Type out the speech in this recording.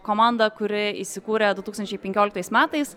komanda kuri įsikūrė du tūkstančiai penkioliktais metais